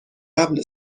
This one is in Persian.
قبل